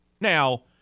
Now